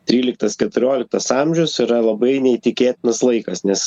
tryliktas keturioliktas amžius yra labai neįtikėtinas laikas nes